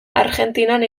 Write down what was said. argentinan